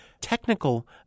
technical